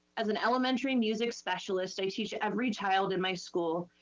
as an elementary music specialist, i teach every child in my school.